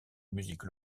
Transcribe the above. musique